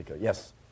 Yes